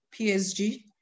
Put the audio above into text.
PSG